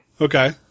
Okay